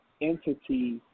entity